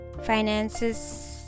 Finances